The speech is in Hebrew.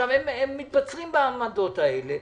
הם מתבצרים בעמדות האלה.